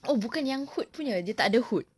oh bukan yang hood punya dia tak ada hood